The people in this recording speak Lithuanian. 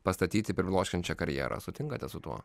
pastatyti pribloškiančią karjerą sutinkate su tuo